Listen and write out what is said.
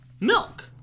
milk